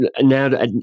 now